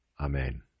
Amen